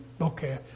Okay